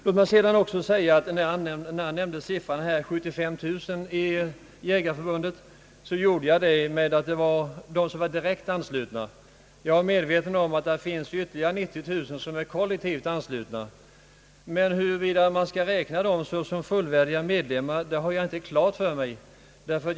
Låt mig också säga att när jag nämnde medlemssiffran 75000 i Jägareförbundet gjorde jag det med utgångspunkt från antalet direkt anslutna. Jag är medveten om att det finns ytterligare 90 000 som är kollektivt anslutna, men huruvida man skall räkna dem som fullvärdiga medlemmar eller inte har jag inte klart för mig.